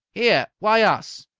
here! why us?